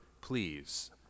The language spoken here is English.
please